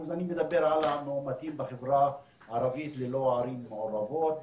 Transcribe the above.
אני מדבר על המאומתים בחברה הערבית ללא ערים מעורבות,